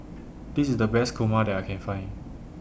This IS The Best Kurma that I Can Find